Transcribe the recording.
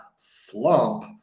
slump